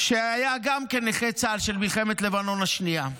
שהיה גם הוא נכה צה"ל, של מלחמת לבנון השנייה,